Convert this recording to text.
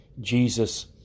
Jesus